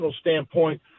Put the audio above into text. standpoint